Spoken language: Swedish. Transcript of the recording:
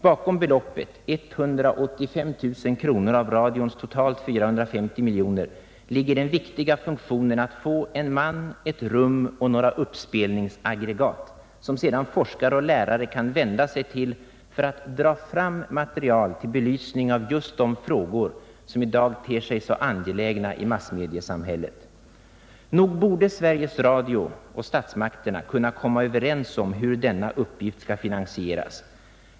Bakom beloppet — 185 000 kronor av radions totalt 450 miljoner kronor — ligger den viktiga funktionen att få en man, ett rum och några uppspelningsaggregat, som sedan forskare och lärare kan vända sig till för att dra fram material till belysning av just de frågor som i dag ter sig så angelägna i massmediesamhället. Nog borde Sveriges Radio och statsmakterna kunna komma överens om hur denna uppgift skall finansieras.